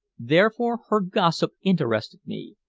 therefore her gossip interested me,